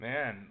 Man